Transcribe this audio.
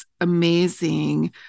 amazing